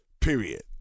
period